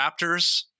Raptors